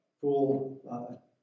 full